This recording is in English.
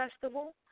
Festival